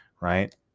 right